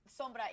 Sombra